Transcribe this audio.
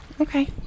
Okay